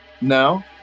No